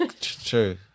True